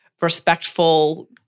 respectful—